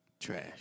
Trash